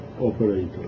operator